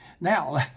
Now